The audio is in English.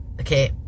okay